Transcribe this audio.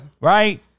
Right